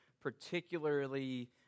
particularly